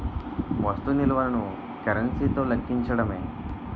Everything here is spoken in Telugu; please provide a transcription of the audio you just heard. వస్తు విలువను కరెన్సీ తో లెక్కించడమే